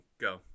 Go